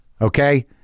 okay